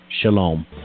shalom